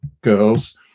girls